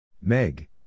Meg